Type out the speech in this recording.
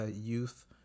youth